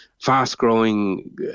fast-growing